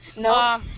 No